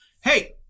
Hey